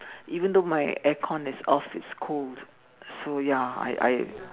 even though my air con is off it's cold so ya I I